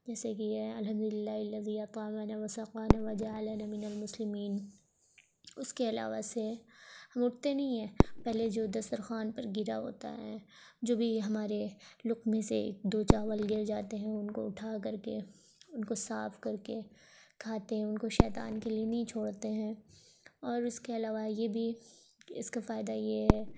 جیسے کہ یہ ہے الْحَمْدُ لِلَّهِ الَّذِي أَطْعَمَنَا وَسَقَانَا وَجَعَلَنَا مِنَ الْمُسْلِمِين اس کے علاوہ سے ہم اٹھتے نہیں ہیں پہلے جو دسترخوان پر گرا ہوتا ہے جو بھی ہمارے لقمے سے دو چاول گر جاتے ہیں ان کو اٹھا کر کے ان کو صاف کر کے کھاتے ہیں ان کو شیطان کے لیے نہیں چھوڑتے ہیں اور اس کے علاوہ یہ بھی اس کا فائدہ یہ ہے